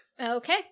Okay